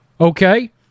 okay